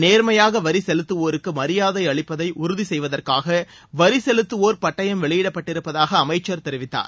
நேர்மையாக வரி செலுத்துவோருக்கு மரியாதை அளிப்பதை உறுதி செய்வதற்காக வரி செலுத்துவோர் பட்டயம் வெளியிடப்பட்டிருப்பதாக அமைச்சர் தெரிவித்தார்